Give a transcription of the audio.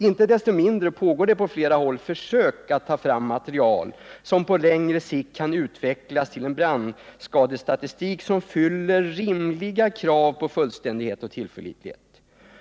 Inte desto mindre pågår det på flera håll försök med att ta fram material som på längre sikt kan utvecklas till en brandskadestatistik som fyller rimliga krav på fullständighet och tillförlitlighet.